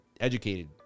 educated